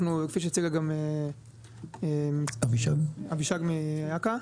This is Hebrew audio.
כפי שציינה אבישג מאכ"א,